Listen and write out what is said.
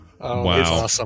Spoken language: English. Wow